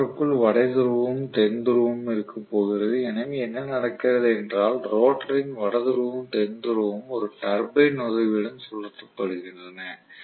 ரோட்டருக்கு வட துருவமும் தென் துருவமும் இருக்கப் போகிறது எனவே என்ன நடக்கிறது என்றால் ரோட்டரின் வட துருவமும் தென் துருவமும் ஒரு டர்பைன் உதவியுடன் சுழற்றப்படுகின்றன